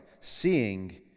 seeing